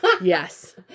yes